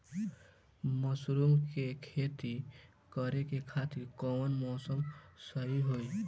Mushroom के खेती करेके खातिर कवन मौसम सही होई?